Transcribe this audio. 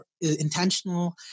intentional